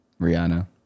Rihanna